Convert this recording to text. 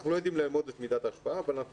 אנחנו לא יודעים לאמוד את מידת ההשפעה אבל אנחנו